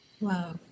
Wow